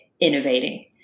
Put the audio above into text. innovating